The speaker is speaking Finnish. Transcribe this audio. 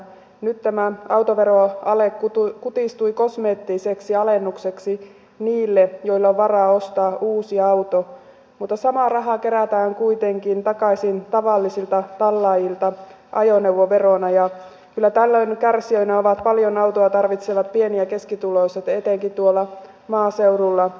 nyt tämä autoveroale kutistui kosmeettiseksi alennukseksi niille joilla on varaa ostaa uusi auto mutta samaa rahaa kerätään kuitenkin takaisin tavallisilta tallaajilta ajoneuvoverona ja kyllä tällöin kärsijöinä ovat paljon autoa tarvitsevat pieni ja keskituloiset etenkin tuolla maaseudulla